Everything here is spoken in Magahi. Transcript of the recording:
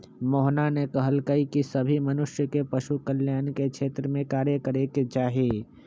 मोहना ने कहल कई की सभी मनुष्य के पशु कल्याण के क्षेत्र में कार्य करे के चाहि